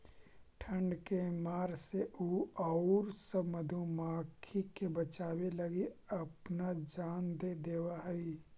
ठंड के मार से उ औउर सब मधुमाखी के बचावे लगी अपना जान दे देवऽ हई